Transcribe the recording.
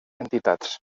entitats